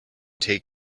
take